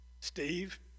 Steve